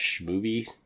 movie